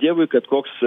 dievui kad koks